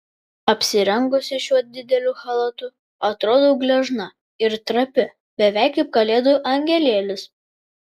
apsirengusi šiuo dideliu chalatu atrodau gležna ir trapi beveik kaip kalėdų angelėlis